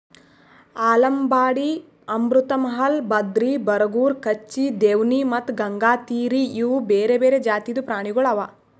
ಆಲಂಬಾಡಿ, ಅಮೃತ್ ಮಹಲ್, ಬದ್ರಿ, ಬರಗೂರು, ಕಚ್ಚಿ, ದೇವ್ನಿ ಮತ್ತ ಗಂಗಾತೀರಿ ಇವು ಬೇರೆ ಬೇರೆ ಜಾತಿದು ಪ್ರಾಣಿಗೊಳ್ ಅವಾ